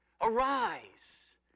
Arise